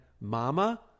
Mama